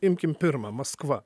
imkim pirmą maskva